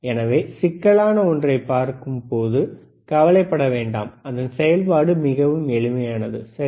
எனவே சிக்கலான ஒன்றைப் பார்க்கும்போது கவலைப்பட வேண்டாம் அதன் செயல்பாடு மிகவும் எளிமையானது சரி